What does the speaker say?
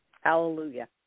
Hallelujah